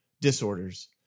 disorders